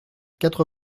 quatre